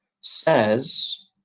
says